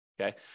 Okay